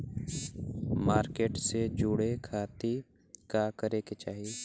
Market से जुड़े खाती का करे के चाही?